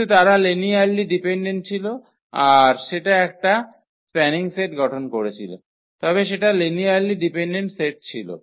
কিন্তু তারা linearly dependent ছিল আর সেটা একটা স্প্যানিং সেট গঠন করেছিল তবে সেটা লিনিয়ারলি ডিপেন্ডেন্ট সেট ছিল